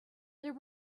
there